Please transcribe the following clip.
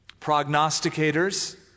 prognosticators